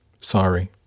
Sorry